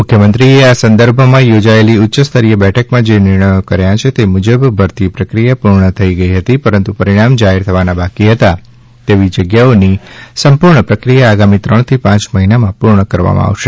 મુખ્યમંત્રીશ્રીએ આ સંદર્ભમાં યોજેલી ઉચ્યસ્તરીય બેઠકમાં જે નિર્ણયો કર્યા છે તે મુજબ ભરતી પ્રક્રિયા પૂર્ણ થઇ ગઇ હતી પરંતુ પરિણામ જાહેર થવાના બાકી હતા તેવી જગ્યાઓની સંપૂર્ણ પ્રક્રિયા આગામી ત્રણથી પાંચ મહિનામાં પૂર્ણ કરવામાં આવશે